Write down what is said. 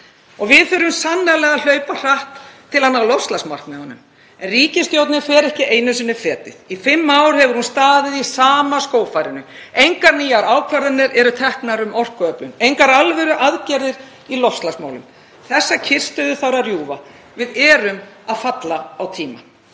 Við þurfum sannarlega að hlaupa hratt til að ná loftslagsmarkmiðunum en ríkisstjórnin fer ekki einu sinni fetið. Í fimm ár hefur hún staðið í sama skófarinu. Engar nýjar ákvarðanir eru teknar um orkuöflun. Engar alvöruaðgerðir í loftslagsmálum. Þessa kyrrstöðu þarf að rjúfa, við erum að falla á tíma.